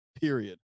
period